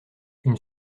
une